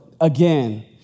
again